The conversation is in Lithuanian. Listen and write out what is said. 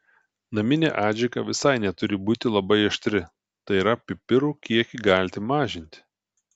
naminė adžika visai neturi būti labai aštri tai yra pipirų kiekį galite mažinti